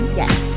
yes